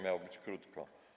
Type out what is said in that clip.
Miało być krótko.